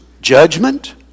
judgment